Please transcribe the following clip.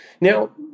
Now